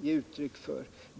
ge uttryck för.